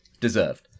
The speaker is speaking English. deserved